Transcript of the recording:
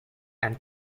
and